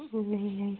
नहीं नहीं